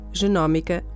genómica